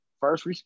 first